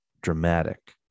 dramatic